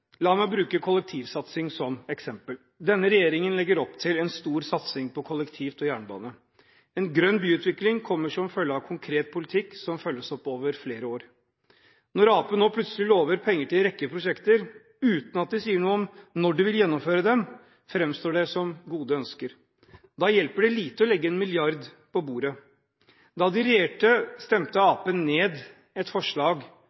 La meg bruke kollektivsatsing som eksempel. Denne regjering legger opp til en stor satsing på kollektivtransport og jernbane. En grønn byutvikling kommer som følge av konkret politikk som følges opp over flere år. Når Arbeiderpartiet nå plutselig lover penger til en rekke prosjekter uten at de sier noe om når de vil gjennomføre dem, framstår det som gode ønsker. Da hjelper det lite å legge 1 mrd. kr på bordet. Da de regjerte, stemte Arbeiderpartiet ned et forslag om at